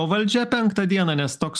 valdžia penktą dieną nes toks